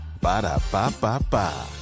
Ba-da-ba-ba-ba